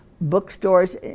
bookstores